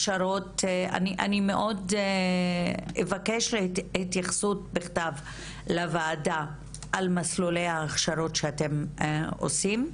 אני מאוד אבקש התייחסות בכתב לוועדה על מסלולי ההכשרות שאתם עושים,